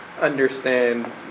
understand